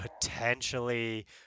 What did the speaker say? potentially